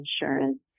insurance